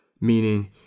meaning